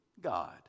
God